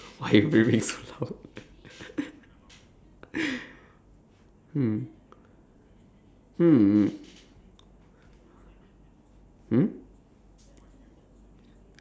why you breathing so loud